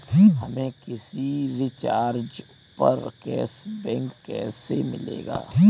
हमें किसी रिचार्ज पर कैशबैक कैसे मिलेगा?